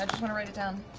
want to write it down.